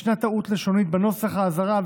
ישנה טעות לשונית בנוסח האזהרה,